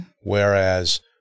Whereas